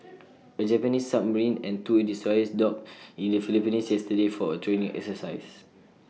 A Japanese submarine and two destroyers docked in the Philippines yesterday for A training exercise